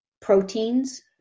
proteins